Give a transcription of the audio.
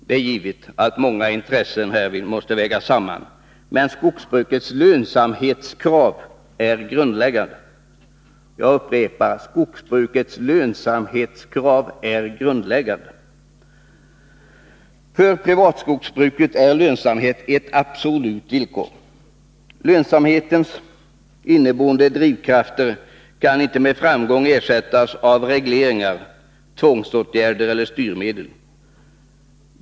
Det är givet att många intressen härvid måste vägas samman, men skogsbrukets lönsamhetskrav är grundläggande. För privatskogsbruket är lönsamhet ett absolut villkor. Lönsamhetens inneboende drivkrafter kan inte med framgång ersättas av regleringar, tvångsåtgärder eller styrmedel.